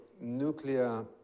nuclear